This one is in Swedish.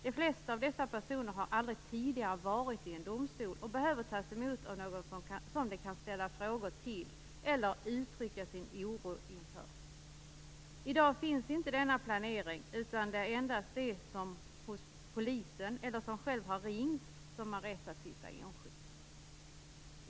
De flesta av dessa personer har aldrig tidigare varit i en domstol och behöver tas emot av någon som de kan ställa frågor till eller uttrycka sin oro inför. I dag finns inte denna planering, utan det är endast de som själva har ringt och bett om det eller som hos polisen har begärt det som får rätt att sitta enskilt.